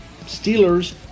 Steelers